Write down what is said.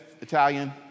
Italian